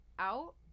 out